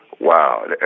wow